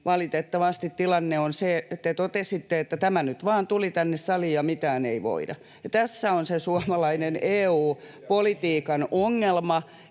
valitettavasti tilanne on se... Te totesitte, että tämä nyt vain tuli tänne saliin ja mitään ei voida. [Tuomas Kettunen: Ei!] Ja tässä on se suomalainen EU-politiikan ongelma,